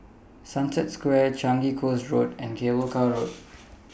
Sunset Square Changi Coast Road and Cable Car Road